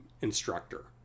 instructor